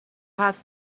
هفت